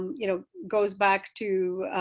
you know, goes back to